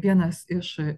vienas iš